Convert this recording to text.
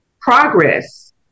progress